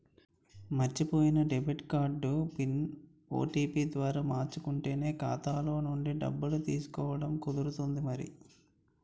మర్చిపోయిన debit card PIN, OTP ద్వారా మార్చుకుంటేనే ఖాతాలో నుండి డబ్బులు తీసుకోవడం కుదురుతుంది మరి